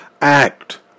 act